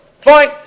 Fine